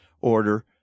order